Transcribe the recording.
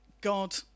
God